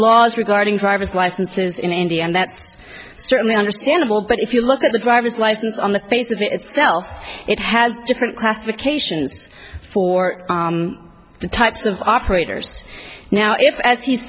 laws regarding driver's licenses in india and that's certainly understandable but if you look at the driver's license on the face of it itself it has different classifications for the types of operators now if as he's